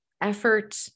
effort